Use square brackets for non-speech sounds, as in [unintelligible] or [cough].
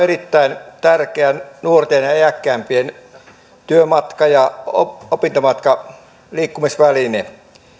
[unintelligible] erittäin tärkeä nuorten ja ja iäkkäämpien työmatka ja opintomatkaliikkumisväline